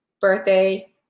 birthday